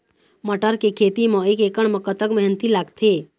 मटर के खेती म एक एकड़ म कतक मेहनती लागथे?